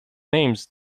names